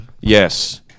Yes